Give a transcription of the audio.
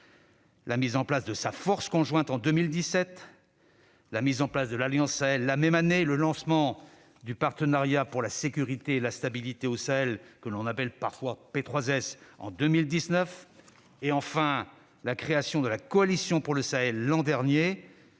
la mise en place de sa force conjointe en 2017, celle de l'Alliance Sahel la même année, le lancement du Partenariat pour la sécurité et la stabilité au Sahel, parfois appelé P3S, en 2019 et, enfin, la création de la Coalition pour le Sahel l'an dernier